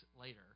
later